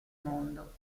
mondo